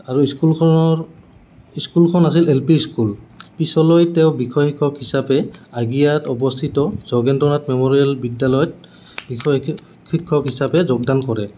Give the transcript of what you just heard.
আৰু স্কুলখনৰ স্কুলখন আছিল এল পি স্কুল পিছলৈ তেওঁ বিষয় শিক্ষক হিচাপে আগিয়াত অৱস্থিত জগেন্দ্ৰনাথ মেম'ৰিয়েল বিদ্যালয়ত শিক্ষক হিচাপে যোগদান কৰে